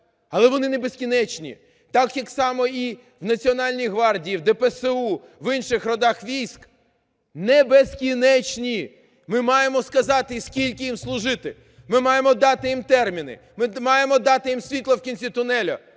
але вони небезкінечні, так само і в Національній гвардії, в ДПСУ, в інших родах військ – небезкінечні. Ми маємо сказати, скільки їм служити, ми маємо дати їм терміни, ми маємо дати їм світло вкінці тунелю.